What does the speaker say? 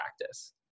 practice